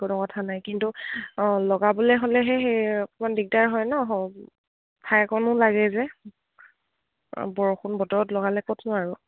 একত কথা নাই কিন্তু অ লগাবলে হ'লেহে সেই অকমান দিগদাৰ হয় ন ঠাইকণো লাগে যে বৰষুণ বতৰত লগালে ক'ত ন আৰু